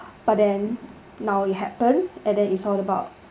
but then now it happened and then it's all about